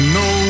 no